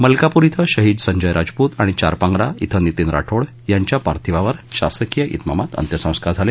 मलकापूर क्वें शहीद संजय राजपूत आणि चारपांप्रा क्वें नीतीन राठोड यांच्या पार्थिवावर शासकीय विमामात अंत्यसंस्कार झाले